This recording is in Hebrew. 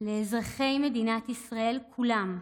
לאזרחי מדינת ישראל כולם,